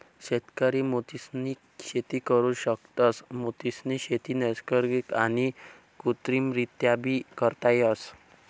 शेतकरी मोतीसनी शेती करु शकतस, मोतीसनी शेती नैसर्गिक आणि कृत्रिमरीत्याबी करता येस